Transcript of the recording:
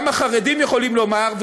גם החרדים יכולים לומר,